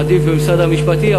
עדיף במשרד המשפטים.